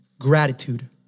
gratitude